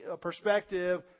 perspective